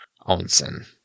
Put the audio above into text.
Onsen